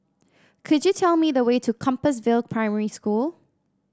could you tell me the way to Compassvale Primary School